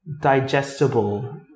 digestible